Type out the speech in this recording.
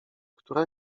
która